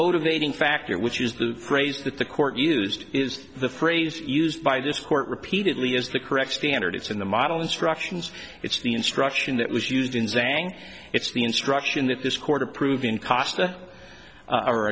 motivating factor which used the phrase that the court used is the phrase used by this court repeatedly is the correct standard it's in the model instructions it's the instruction that was used in saying it's the instruction that this court approved in costa o